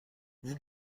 vous